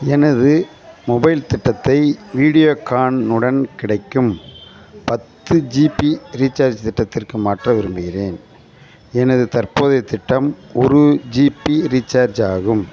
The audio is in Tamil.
எனது மொபைல் திட்டத்தை வீடியோகான் உடன் கிடைக்கும் பத்து ஜிபி ரீசார்ஜ் திட்டத்திற்கு மாற்ற விரும்புகிறேன் எனது தற்போதைய திட்டம் ஒரு ஜிபி ரீசார்ஜ் ஆகும்